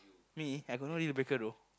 me I have no deal breaker though